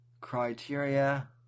criteria